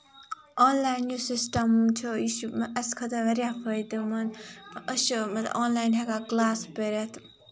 آن line یُس system چھُ یہِ چھُ اَسہِ خٲطرٕ واریاہ فٲیدٕ مند أسۍ چھِ آن لاین ہیٚکان کَلاس پٔرِتھ